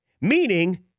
Meaning